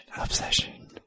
Obsession